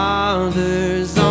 Father's